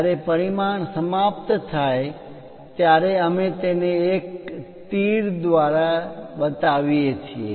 જ્યારે પરિમાણ સમાપ્ત થાય છે ત્યારે અમે તેને એક તીર દ્વારા બતાવીએ છીએ